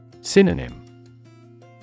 Synonym